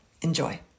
Enjoy